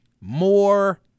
more